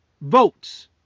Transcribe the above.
votes